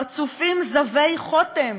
"פרצופים זבי חוטם